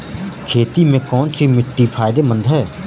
खेती में कौनसी मिट्टी फायदेमंद है?